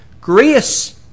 grace